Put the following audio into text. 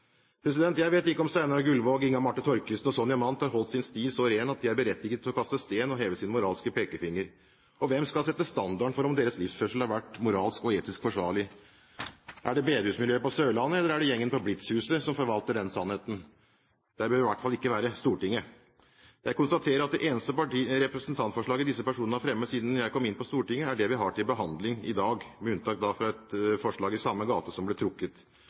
Jeg vet ikke om Steinar Gullvåg, Inga Marte Thorkildsen og Sonja Mandt har holdt sin sti så ren at de er berettiget til å kaste stein og heve sin moralske pekefinger. Og hvem skal sette standarden for om deres livsførsel har vært moralsk og etisk forsvarlig? Er det bedehusmiljøet på Sørlandet eller er det gjengen på Blitz-huset som forvalter den sannheten? Det bør i hvert fall ikke være Stortinget. Jeg konstaterer at det eneste representantforslaget disse personene har fremmet siden jeg kom inn på Stortinget, er det vi har til behandling i dag, med unntak av et forslag i samme gate som ble trukket. Det forslaget vi har her i dag, burde i anstendighetens navn vært trukket,